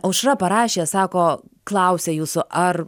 aušra parašė sako klausia jūsų ar